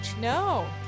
No